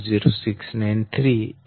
0242log 12